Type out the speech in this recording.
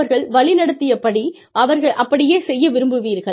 அவர்கள் வழிநடத்திய படி அப்படியே செய்ய விரும்புவீர்கள்